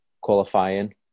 qualifying